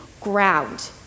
ground